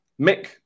Mick